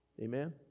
Amen